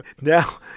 Now